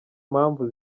mpamvu